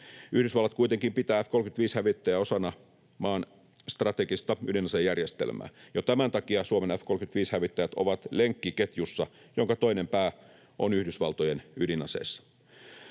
Yhdysvallat kuitenkin pitää F-35-hävittäjää osana maan strategista ydinasejärjestelmää. Jo tämän takia Suomen F-35-hävittäjät ovat lenkki ketjussa, jonka toinen pää on Yhdysvaltojen ydinaseissa.